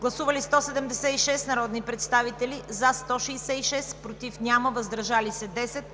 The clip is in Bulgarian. Гласували 176 народни представители: за 166, против няма, въздържали се 10.